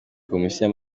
komisiyo